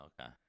okay